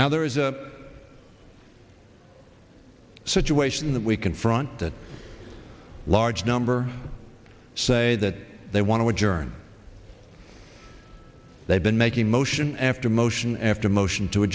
now there is a situation that we confront that large number say that they want to adjourn they've been making motion after motion after motion to a